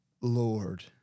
Lord